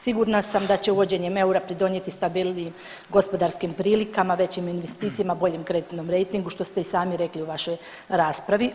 Sigurna sam da će uvođenjem eura pridonijeti stabilnijim gospodarskim prilikama, većim investicijama, boljem kreditnom rejtingu što ste i sami rekli u vašoj raspravi.